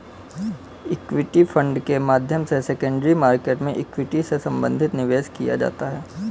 equity fund के माध्यम से सेकेंडरी मार्केट में इक्विटी से संबंधित निवेश किया जाता है